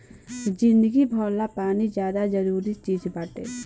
जिंदगी भर ला पानी ज्यादे जरूरी चीज़ बाटे